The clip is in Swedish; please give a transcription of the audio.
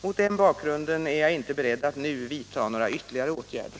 Mot denna bakgrund är jag inte beredd att nu vidta några ytterligare åtgärder.